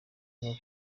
avuga